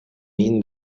mean